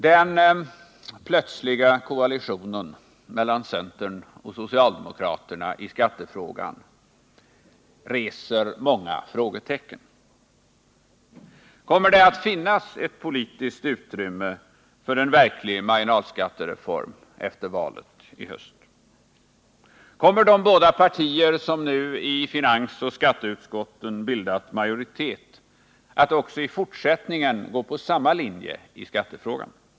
Den plötsliga koalitionen mellan centern och socialdemokraterna i skattefrågan reser många frågor. Kommer det att finnas politiskt utrymme för en verklig marginalskattereform efter valet i höst? Kommer de båda partier som nu i finansoch skatteutskotten bildat majoritet att också i fortsättningen följa samma linje i skattefrågan?